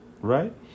right